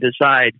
decide